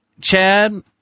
Chad